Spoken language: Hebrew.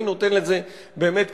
מי נותן לזה באמת פתרון?